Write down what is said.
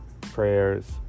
prayers